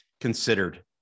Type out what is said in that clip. considered